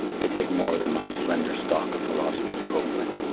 they take more than my slender stock of philosophy to cope with.